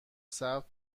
ثبت